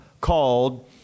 called